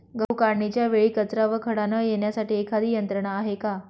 गहू काढणीच्या वेळी कचरा व खडा न येण्यासाठी एखादी यंत्रणा आहे का?